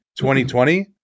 2020